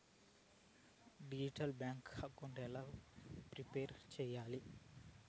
Digital bank account ఎలా prepare సెయ్యాలి?